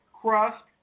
crust